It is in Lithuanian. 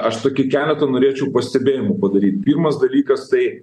aš tokį keletą norėčiau pastebėjimų padaryt pirmas dalykas tai